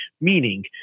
meaning